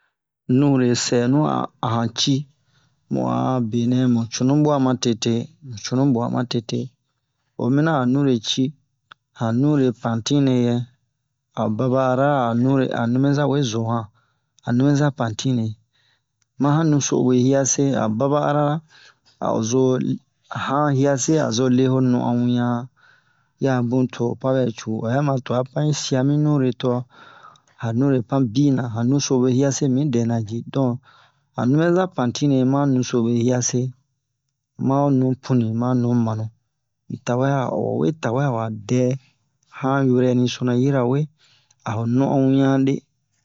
nure sɛnu a ahan ci mu'a benɛ mu cunu bua ma tete mu cunu bua ma tete o mina a nure ci han nure pantine yɛ a baba ara a nure a nubɛza we zo han han nubɛza pantine ma han nusobwe yi'ase a baba arara a'o zo han hiase a zo leho non'on wian yia bun to ho panbɛ cu a ɛ ma tua pan yi sia mi nure to han nure pan bina han nusibwe yiase mi dɛna ji don han nubɛza pantine ma han nusobwe yiase ma'o nu punui ma ho nu manu mi tawɛ awa we tawɛ awa dɛ han yorɛ'i sona yirawe a ho non'on wian le